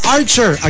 Archer